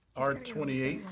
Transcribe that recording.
r twenty eight.